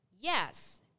yes